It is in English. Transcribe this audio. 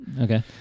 Okay